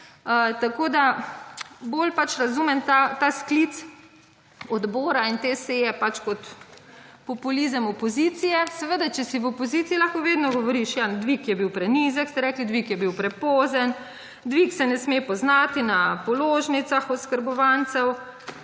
Tako, da bolj razumem ta sklic odbora in te seje, kot populizem opozicije. Seveda, če si v opoziciji lahko vedno govoriš, ja, dvig je bil prenizek, ste rekli dvig je bil prepozen, dvig se ne sme poznati na položnicah oskrbovancev,